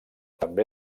també